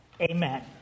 Amen